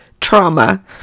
trauma